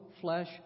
flesh